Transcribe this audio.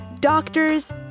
doctors